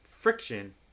Friction